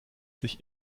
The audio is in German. sich